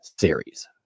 series